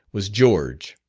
was george.